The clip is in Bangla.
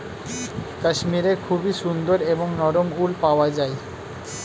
কাশ্মীরে খুবই সুন্দর এবং নরম উল পাওয়া যায়